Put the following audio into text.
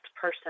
person